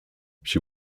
she